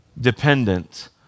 dependent